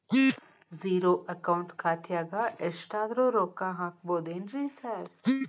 Zero account ಖಾತ್ಯಾಗ ಎಷ್ಟಾದ್ರೂ ರೊಕ್ಕ ಹಾಕ್ಬೋದೇನ್ರಿ ಸಾರ್?